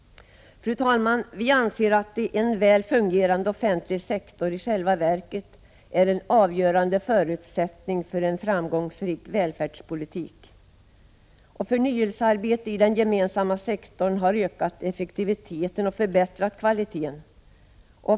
Fru talman! Vi anser att en väl fungerande offentlig sektor i själva verket är en avgörande förutsättning för en framgångsrik välfärdspolitik. Förnyelsearbetet i den gemensamma sektorn har ökat effektiviteten och förbättrat kvaliteten.